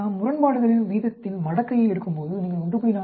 நாம் முரண்பாடுகளின் விகிதத்தின் மடக்கையை எடுக்கும்போது நீங்கள் 1